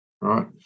right